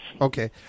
Okay